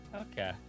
okay